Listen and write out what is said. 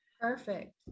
Perfect